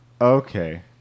okay